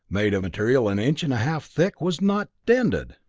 made of material an inch and a half thick, was not dented!